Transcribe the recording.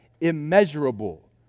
immeasurable